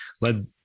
led